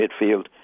midfield